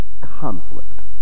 conflict